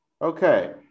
Okay